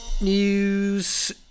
News